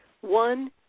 One